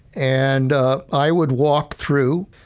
and i would walk through,